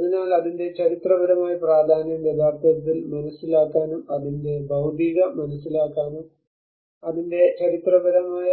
അതിനാൽ അതിന്റെ ചരിത്രപരമായ പ്രാധാന്യം യഥാർത്ഥത്തിൽ മനസിലാക്കാനും അതിന്റെ ഭൌതികത മനസിലാക്കാനും അതിന്റെ ചരിത്രപരമായ